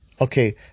Okay